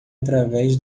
através